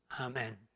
amen